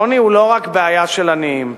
העוני הוא לא רק הבעיה של העניים,